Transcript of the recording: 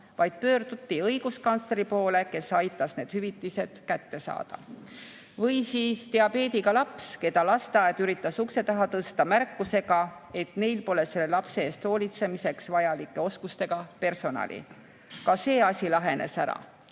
vaid pöörduti õiguskantsleri poole, kes aitas need hüvitised kätte saada. Või diabeediga laps, keda lasteaed üritas ukse taha tõsta märkusega, et neil pole selle lapse eest hoolitsemiseks vajalike oskustega personali. Ka see asi lahenes ära.